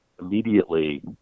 immediately